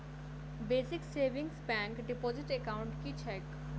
Basic savings bank deposit account की छैक?